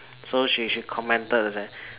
so she she commented she say